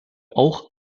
auch